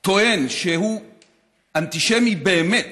אני טוען שהוא אנטישמי באמת